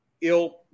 ill –